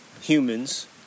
humans